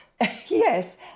yes